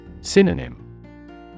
Synonym